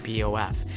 BOF